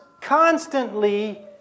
constantly